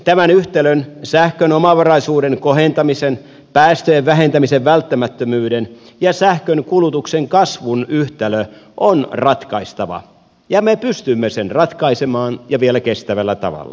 tämä yhtälö sähkön omavaraisuuden kohentamisen päästöjen vähentämisen välttämättömyyden ja sähkönkulutuksen kasvun yhtälö on ratkaistava ja me pystymme sen ratkaisemaan ja vielä kestävällä tavalla